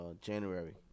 january